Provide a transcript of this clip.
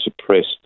suppressed